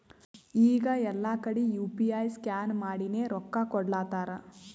ಈಗ ಎಲ್ಲಾ ಕಡಿ ಯು ಪಿ ಐ ಸ್ಕ್ಯಾನ್ ಮಾಡಿನೇ ರೊಕ್ಕಾ ಕೊಡ್ಲಾತಾರ್